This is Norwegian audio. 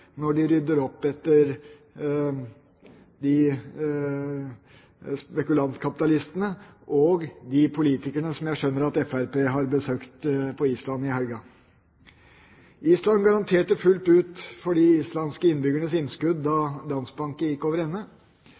at Fremskrittspartiet har besøkt på Island i helgen. Island garanterte fullt ut for de islandske innbyggernes innskudd da Landsbanki gikk over ende,